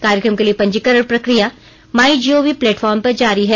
कार्य क्रम के लिए पंजीकरण प्रशिक्र या माईजीओवी प्लेटफॉर्म पर जारी है